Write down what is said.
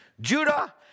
Judah